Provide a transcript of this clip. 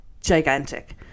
gigantic